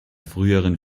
früheren